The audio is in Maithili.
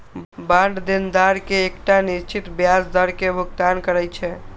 बांड देनदार कें एकटा निश्चित ब्याज दर के भुगतान करै छै